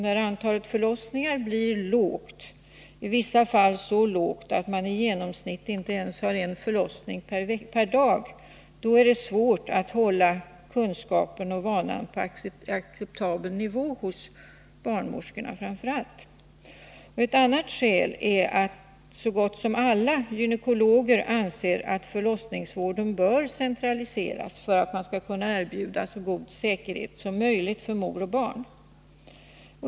När antalet förlossningar blir lågt, i vissa fall så lågt att man i genomsnitt inte ens har en förlossning per dag, är det svårt att hålla kunskapen och vanan på acceptabel nivå framför allt hos barnmorskorna. Ett annat skäl är att så gott som alla gynekologer anser att förlossningsvården bör centraliseras för att man skall kunna erbjuda så god säkerhet som möjligt för mor och barn.